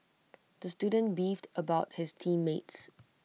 the student beefed about his team mates